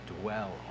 dwell